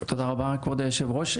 תודה רבה כבוד יושב הראש,